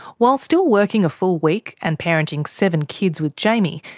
while still working a full week, and parenting seven kids with jaimie,